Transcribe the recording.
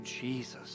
Jesus